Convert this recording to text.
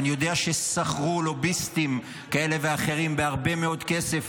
אני יודע ששכרו לוביסטים כאלה ואחרים בהרבה מאוד כסף,